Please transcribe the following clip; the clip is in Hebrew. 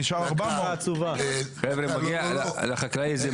נשאר 400. חבר'ה זה מגיע לחקלאי הזה,